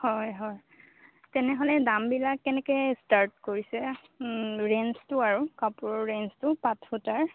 হয় হয় তেনেহ'লে দামবিলাক কেনেকৈ ষ্টাৰ্ট কৰিছে ৰেঞ্জটো আৰু কাপোৰৰ ৰেঞ্জটো পাট সূতাৰ